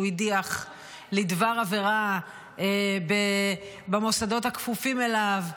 הדיח לדבר עבירה במוסדות הכפופים אליו.